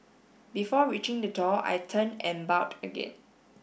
before reaching the door I turned and bowed again